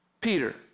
Peter